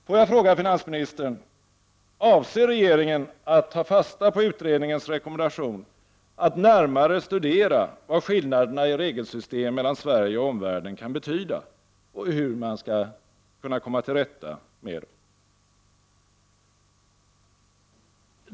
Får jag fråga finansministern: Avser regeringen att ta fasta på utredningens rekommendationer att närmare studera vad skillnaderna i regelsystem mellan Sverige och omvärlden kan betyda och hur man skall komma till rätta med dem?